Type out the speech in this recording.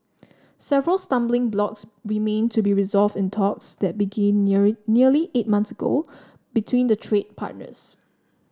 several stumbling blocks remain to be resolve in talks that began nearly eight months ago between the trade partners